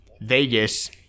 Vegas